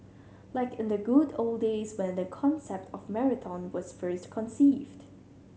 like in the good old days when the concept of marathon was first conceived